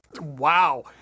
Wow